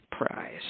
prize